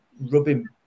rubbing